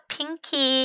Pinky